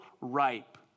ripe